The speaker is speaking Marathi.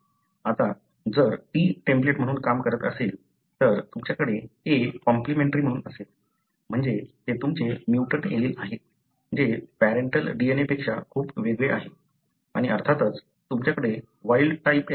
आता जर T टेम्प्लेट म्हणून काम करत असेल तर तुमच्याकडे A कॉम्प्लिमेंट्री म्हणून असेल म्हणजे ते तुमचे म्युटंट एलील आहे जे पॅरेंटल DNA पेक्षा खूप वेगळे आहे आणि अर्थातच तुमच्याकडे वाइल्ड टाईप एलील असणार आहे